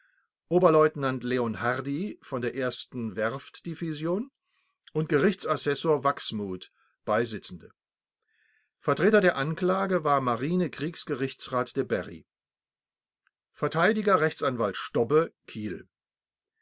oberleutnant leonhardi von der ersten werft die vision und gerichtsassessor wachsmuth beisitzende vertreter der anklage war marine kriegsgerichtsrat de bary verteidiger rechtsanwalt stobbe kiel